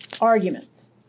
arguments